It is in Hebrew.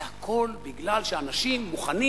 זה הכול בגלל שהאנשים מוכנים,